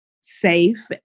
safe